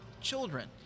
children